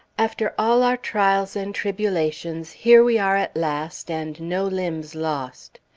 after all our trials and tribulations, here we are at last, and no limbs lost!